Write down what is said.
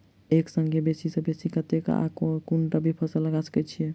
एक संगे बेसी सऽ बेसी कतेक आ केँ कुन रबी फसल लगा सकै छियैक?